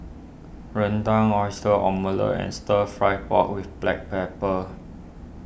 Rendang Oyster Omelette and Stir Fry Pork with Black Pepper